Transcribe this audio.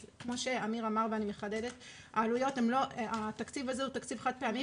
כמו שאמיר אמר ואני מחדדת: התקציב הזה הוא תקציב חד פעמי,